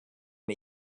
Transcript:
and